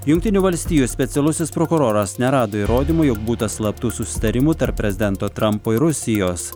jungtinių valstijų specialusis prokuroras nerado įrodymų jog būta slaptų susitarimų tarp prezidento trampo ir rusijos